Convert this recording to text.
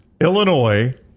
Illinois